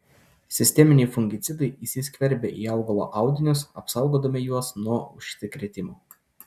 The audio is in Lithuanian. sisteminiai fungicidai įsiskverbia į augalo audinius apsaugodami juos nuo užsikrėtimo